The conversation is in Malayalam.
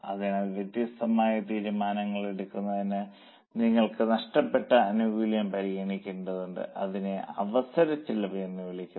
അതിനാൽ വ്യത്യസ്തമായ തീരുമാനങ്ങൾ എടുക്കുന്നതിന് നിങ്ങൾക്ക് നഷ്ടപ്പെട്ട ആനുകൂല്യം പരിഗണിക്കേണ്ടതുണ്ട് അതിനെ അവസര ചെലവ് എന്ന് വിളിക്കുന്നു